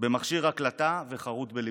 במכשיר הקלטה וחרות בליבי.